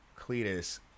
Cletus